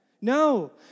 No